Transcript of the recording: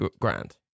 grand